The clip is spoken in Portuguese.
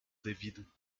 devido